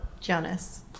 jonas